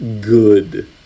good